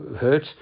Hurt